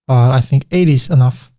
i think eighty is enough.